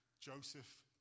Joseph